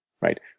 right